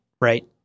right